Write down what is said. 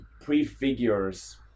prefigures